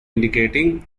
indicating